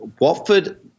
Watford